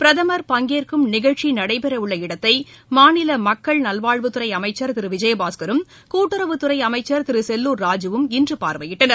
பிரதமர் பங்கேற்கும் நிகழ்ச்சி நடைபெறவுள்ள இடத்தை மாநில மக்கள் நல்வாழ்வுத்துறை அமைச்சர் திரு விஜயபாஸ்கரும் கூட்டுறவுத்துறை அமைச்சர் திரு செல்லூர் ராஜூவும் இன்று பார்வையிட்டனர்